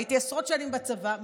הייתי עשרות שנים בצבא.